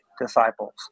disciples